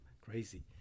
crazy